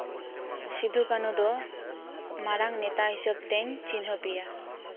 ᱥᱤᱫᱷᱩ ᱠᱟᱹᱱᱩ ᱫᱚ ᱢᱟᱨᱟᱝ ᱱᱮᱛᱟ ᱦᱤᱥᱟᱹᱵ ᱛᱮᱧ ᱪᱤᱱᱦᱟᱹᱣ ᱮᱭᱟ